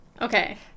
Okay